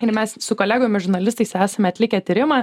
ir mes su kolegom ir žurnalistais esame atlikę tyrimą